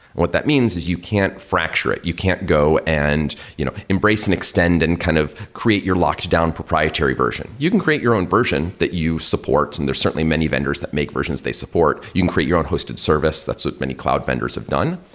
what that means is you can't fracture it. you can't go and you know embrace and extend and kind of create your locked down proprietary version. you can create your own version that you support, and there are certainly many vendors that make versions they support. you can create your own hosted service. that's what many cloud vendors have done,